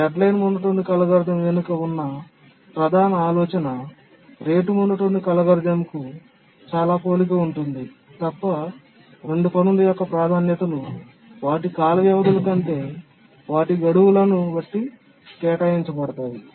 deadline monotonic algorithm వెనుక ఉన్న ప్రధాన ఆలోచన రేటు మోనోటోనిక్ అల్గోరిథంకు చాలా పోలి ఉంటుంది తప్ప 2 పనుల యొక్క ప్రాధాన్యతలు వాటి కాల వ్యవధుల కంటే వారి గడువులను బట్టి కేటాయించబడతాయి